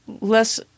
less